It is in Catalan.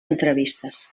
entrevistes